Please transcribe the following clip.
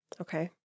Okay